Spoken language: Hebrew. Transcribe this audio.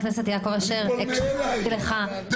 אני פונה אליך.